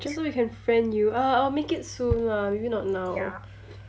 just so we can friend you I'll I'll make it soon lah maybe not now